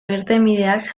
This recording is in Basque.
irtenbideak